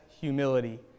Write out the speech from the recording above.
humility